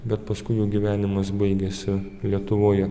bet paskui jų gyvenimas baigėsi lietuvoje